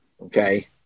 Okay